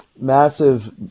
massive